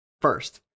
first